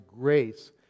grace